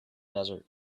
desert